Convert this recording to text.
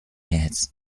head